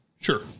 Sure